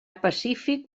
pacífic